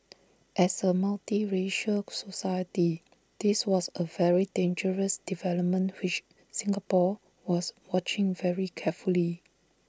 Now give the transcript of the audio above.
as A multiracial society this was A very dangerous development which Singapore was watching very carefully